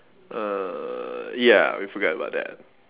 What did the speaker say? uh ya we forget about that